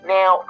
Now